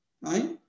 Right